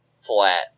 flat